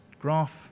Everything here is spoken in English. graph